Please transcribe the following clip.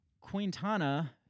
Quintana